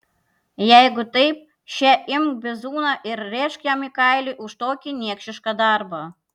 jeigu taip še imk bizūną ir rėžk jam į kailį už tokį niekšišką darbą